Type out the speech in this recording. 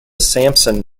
sampson